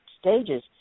stages